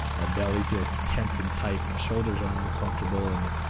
my belly feels tense and tight. my shoulders are uncomfortable. and,